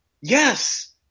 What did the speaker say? Yes